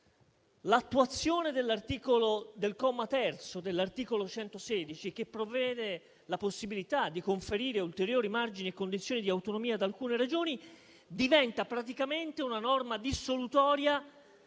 l'attuazione del comma 3 dell'articolo 116, che prevede la possibilità di conferire ulteriori margini e condizioni di autonomia ad alcune Regioni, diventa praticamente una norma dissolutoria